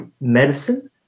medicine